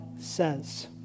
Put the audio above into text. says